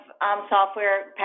software